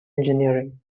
engineering